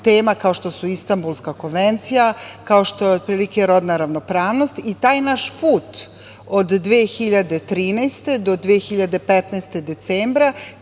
tema kao što su Istanbulska konvencija, kao što je rodna ravnopravnost, i taj naš put od 2013. do 2015. godine,